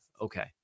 Okay